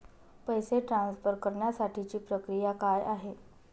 पैसे ट्रान्सफर करण्यासाठीची प्रक्रिया काय आहे?